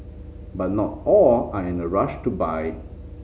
but not all are in a rush to buy